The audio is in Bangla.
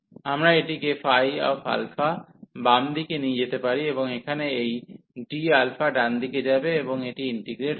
আমরা এটিকে ϕα বাম দিকে নিয়ে যেতে পারি এবং এখানে এই dα ডানদিকে যাবে এবং এটি ইন্টিগ্রেট হবে